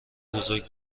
بزرگ